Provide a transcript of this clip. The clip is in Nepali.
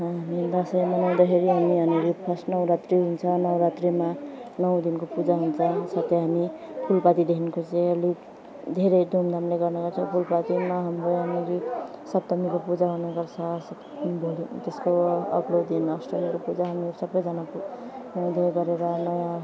हामी दसैँ मनाउँदाखेरि हामी यहाँनेरि फर्स्ट नवरात्रि हुन्छ नवरात्रिमा नौ दिनको पूजा हुन्छ साथै हामी फुलपातीदेखिको चाहिँ अलिक धेरै धुमधामले गर्ने गर्छौँ फुलपातीमा हाम्रो यहाँनेरि सप्तमीको पूजा हुने गर्छ भोलि त्यसको अर्को दिन अष्टमीको पूजामा हामी सबजना नुहाइ धुवाइ गरेर नयाँ